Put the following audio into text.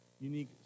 unique